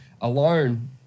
alone